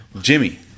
Jimmy